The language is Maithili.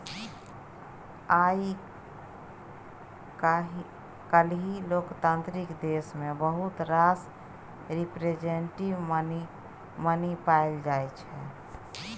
आइ काल्हि लोकतांत्रिक देश मे बहुत रास रिप्रजेंटेटिव मनी पाएल जाइ छै